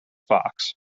fox